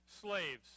slaves